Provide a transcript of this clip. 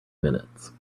minutes